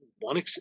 one